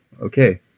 Okay